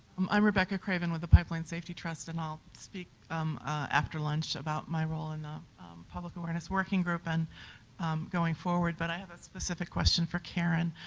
um i'm rebecca craven with the pipeline safety trust and i'll speak like about my role in the public awareness working group and going forward, but i have a specific question for karen.